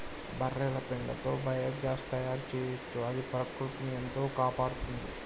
బర్రెల పెండతో బయోగ్యాస్ తయారు చేయొచ్చు అది ప్రకృతిని ఎంతో కాపాడుతుంది